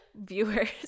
Viewers